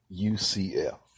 UCF